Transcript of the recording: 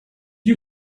you